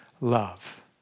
love